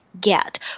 get